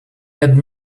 had